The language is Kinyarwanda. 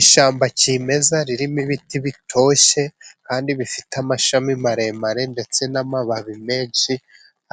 Ishyamba kimeza ririmo ibiti bitoshye, kandi bifite amashami maremare, ndetse n'amababi menshi